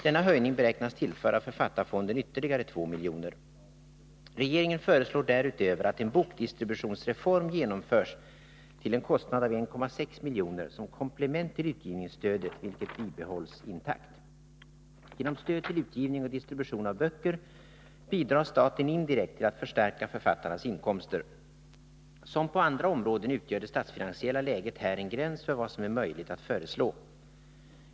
Denna höjning beräknas tillföra författarfonden ytterligare 2 milj.kr. Regeringen föreslår därutöver att en bokdistributionsreform genomförs till en kostnad av 1,6 milj.kr. som komplement till utgivningsstödet, vilket bibehålls intakt. Genom stöd till utgivning och distribution av böcker bidrar staten indirekt till att förstärka författarnas inkomster. Som på andra områden utgör det statsfinansiella läget här en gräns för vad som är möjligt att föreslå.